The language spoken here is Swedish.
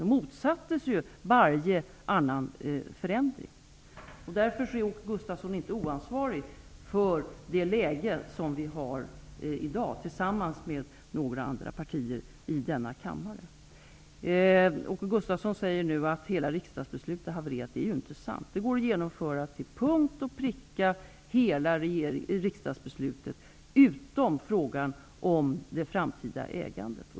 Han motsatte sig varje annan förändring. Därför är Åke Gustavsson, tillsammans med några andra i denna kammare, inte oansvarig för det läge som vi har i dag. Åke Gustavsson säger att hela riksdagsbeslutet har havererat. Det är inte sant. Hela riksdagsbeslutet går att genomföra till punkt och pricka, utom frågan om det framtida ägandet.